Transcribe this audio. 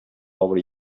over